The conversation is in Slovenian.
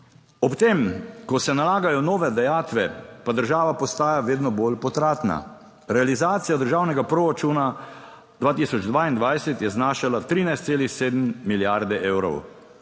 Ob tem, ko se nalagajo nove dajatve, pa država postaja vedno bolj potratna. Realizacija državnega proračuna 2022 je znašala 13,7 milijarde evrov.